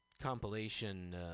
compilation